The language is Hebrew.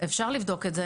אפשר לבדוק את זה,